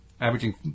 averaging